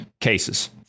cases